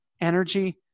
energy